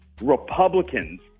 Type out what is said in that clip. Republicans